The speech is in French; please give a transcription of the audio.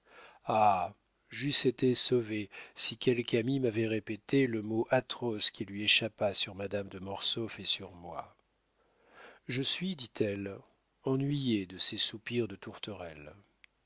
j'eusse été sauvé si quelque ami m'avait répété le mot atroce qui lui échappa sur madame de mortsauf et sur moi je suis dit-elle ennuyée de ces soupirs de tourterelle